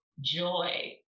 joy